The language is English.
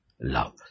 love